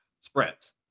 spreads